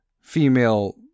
Female